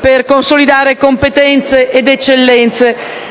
per consolidare competenze e eccellenze